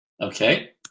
Okay